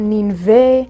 Ninve